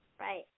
Right